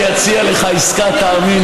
עסקה.